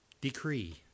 decree